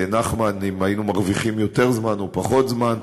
נחמן, אם היינו מרוויחים יותר זמן או פחות זמן.